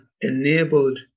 enabled